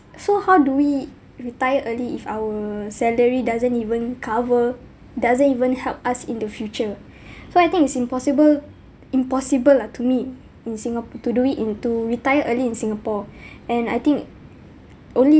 so how do we retire early if our salary doesn't even cover doesn't even help us in the future so I think it's impossible impossible lah to me in singap~ to do it in to retire early in singapore and I think only